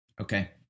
Okay